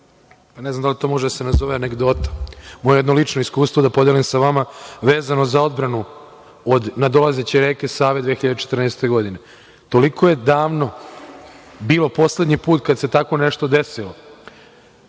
ne znam da li to može da se nazove anegdota, moje jedno lično iskustvo da podelim sa vama vezano za odbranu od nadolazeće reke Save 2014. godine. Toliko je davno bilo poslednji put kada se tako nešto tako desilo.